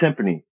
timpani